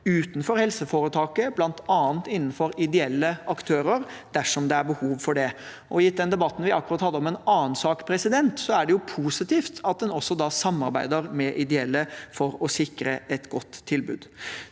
utenfor helseforetaket, bl.a. innenfor ideelle aktører, dersom det er behov for det. Gitt den debatten vi akkurat hadde om en annen sak, er det positivt at en også samarbeider med ideelle for å sikre et godt tilbud.